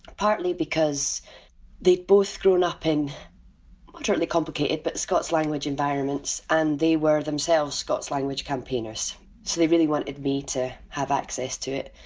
partly because they both grew and up in moderately complicated but scots language environments, and they were themselves scots language campaigners, and so they really wanted me to have access to it.